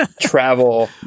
travel